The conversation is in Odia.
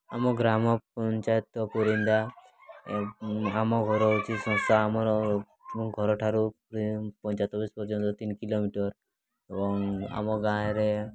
ଆମ ଗ୍ରାମ ପଞ୍ଚାୟତ ପୁରୀନ୍ଦା ଆମ ଘର ହେଉଛି ସଂସାର ଆମର ଘରଠାରୁ ପଞ୍ଚାୟତ ପର୍ଯ୍ୟନ୍ତ ତିନି କିଲୋମିଟର୍ ଏବଂ ଆମ ଗାଁରେ